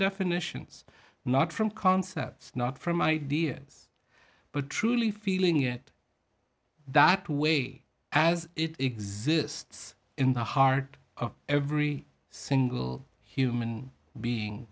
definitions not from concepts not from ideas but truly feeling it that way as it exists in the heart of every single human being